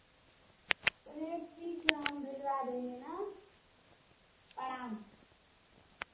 चलिए ठीक है हम भिजवा देंगे ना प्रणाम